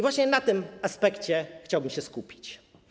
Właśnie na tym aspekcie chciałbym się skupić.